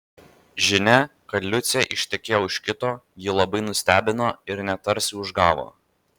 žinia kad liucė ištekėjo už kito jį labai nustebino ir net tarsi užgavo